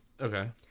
Okay